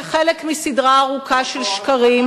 כחלק מסדרה ארוכה של שקרים,